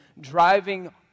driving